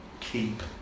keep